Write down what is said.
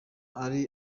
ari